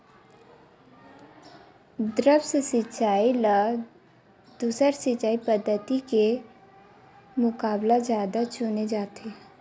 द्रप्स सिंचाई ला दूसर सिंचाई पद्धिति के मुकाबला जादा चुने जाथे